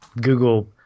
Google